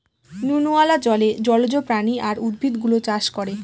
নুনওয়ালা জলে জলজ প্রাণী আর উদ্ভিদ গুলো চাষ করে